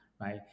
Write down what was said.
right